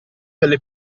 delle